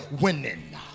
winning